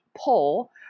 pull